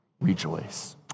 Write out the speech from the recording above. Rejoice